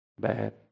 Bad